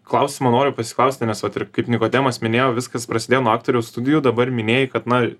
klausimą noriu pasiklausti nes vat ir kaip nikodemas minėjo viskas prasidėjo nuo aktoriaus studijų dabar minėjai kad na